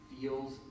feels